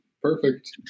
Perfect